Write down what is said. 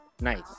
nice